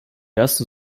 ersten